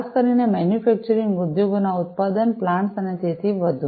ખાસ કરીને મેન્યુફેક્ચરીંગમાં ઉદ્યોગોના ઉત્પાદન પ્લાન્ટ્સ અને તેથી વધુ